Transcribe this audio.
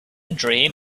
dream